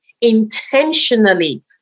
intentionally